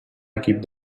equip